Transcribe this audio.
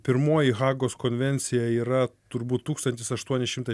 pirmoji hagos konvencija yra turbūt tūkstantis aštuoni šimtai